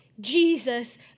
Jesus